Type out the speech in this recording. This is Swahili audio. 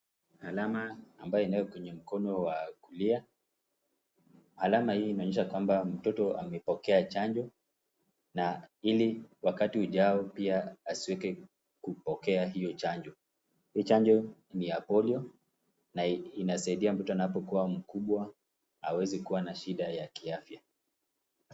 Alama ambayo inayo kwenye mkono wa kulia alama hii inaonyeshwa kwamba mtoto amepokea chanjo ili wakati ujao pia asiweze kupokea chajo, hiyo chanjo ni ya polio na inasaidia mtoto anapokuwa mkubwa hawezi kuwa na shida ya kiafya.